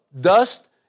dust